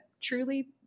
truly